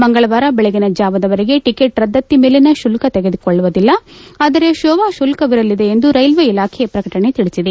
ಮಂಗಳವಾರ ಬೆಳಗಿನ ಜಾವದವರೆಗೆ ಟಿಕೆಟ್ ರದ್ದತಿ ಮೇಲಿನ ಶುಲ್ಕ ತೆಗೆದುಕೊಳ್ಳುವುದಿಲ್ಲ ಆದರೆ ಸೇವಾಶುಲ್ಕವಿರಲಿದೆ ಎಂದು ರೈಲ್ವೆ ಇಲಾಖೆ ಪ್ರಕಟಣೆ ತಿಳಿಸಿದೆ